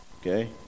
okay